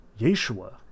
Yeshua